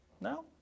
No